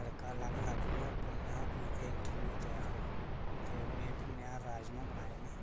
तड़का अलग अलग गै भुन्नना हा ते इंटरव्यू ते ऐहा ते में भुन्नेआ ते राजमां बनाए में